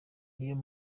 niyo